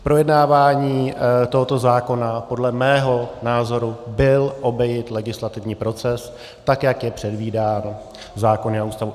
V projednávání tohoto zákona podle mého názoru byl obejit legislativní proces, jak je předvídán v zákoně o Ústavě.